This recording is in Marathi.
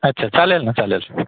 अच्छा चालेल ना चालेल